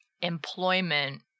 employment